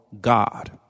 God